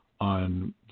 on